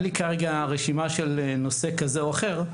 אין לי כרגע רשימה של נושא כזה או אחר.